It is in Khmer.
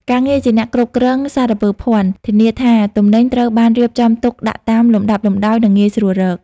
ការងារជាអ្នកគ្រប់គ្រងសារពើភ័ណ្ឌ ធានាថាទំនិញត្រូវបានរៀបចំទុកដាក់តាមលំដាប់លំដោយ និងងាយស្រួលរក។